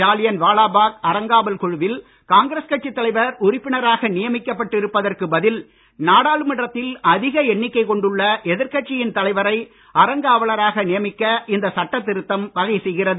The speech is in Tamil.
ஜாலியன்வாலாபாக் அறங்காவல் குழுவில் காங்கிரஸ் கட்சித் தலைவர் உறுப்பினராக நியமிக்கப் பட்டிருப்பதற்கு பதில் நாடாளுமன்றத்தில் அதிக எண்ணிக்கை கொண்டுள்ள எதிர் கட்சியின் தலைவரை அறங்காவலராக நியமிக்க இந்த சட்டத்திருத்தம் வகை செய்கிறது